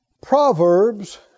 Proverbs